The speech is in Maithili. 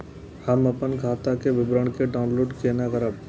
हम अपन खाता के विवरण के डाउनलोड केना करब?